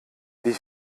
wie